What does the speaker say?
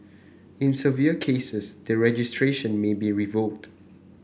in severe cases the registration may be revoked